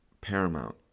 paramount